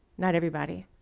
not everybody.